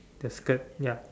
the skirt ya